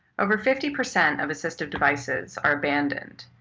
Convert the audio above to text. over fifty percent of assistive devices are abandoned,